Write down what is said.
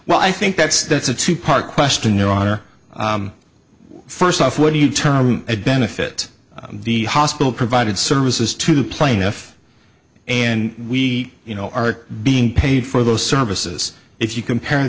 well i think that's that's a two part question your honor first off what do you term a benefit the hospital provided services to the plaintiff and we you know are being paid for those services if you compare